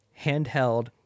handheld